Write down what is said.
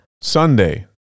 Sunday